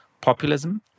populism